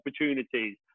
opportunities